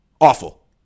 Awful